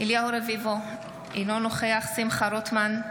אליהו רביבו, אינו נוכח שמחה רוטמן,